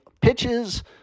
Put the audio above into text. pitches